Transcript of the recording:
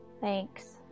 Thanks